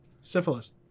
Syphilis